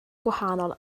gwahanol